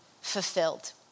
fulfilled